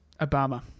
Obama